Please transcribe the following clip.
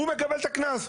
הוא מקבל את הקנס,